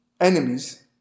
enemies